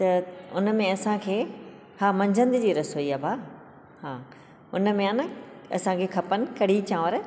त उन में असां खे हा मंझंदि जी रसोई आ भा हा हुन में आन असांखे खपनि कढ़ी चांवर